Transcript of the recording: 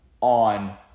on